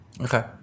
Okay